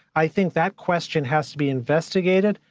i think that question has to be investigated,